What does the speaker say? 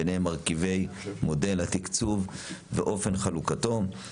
ביניהם מרכיבי מודל התקצוב ואופן חלוקתו,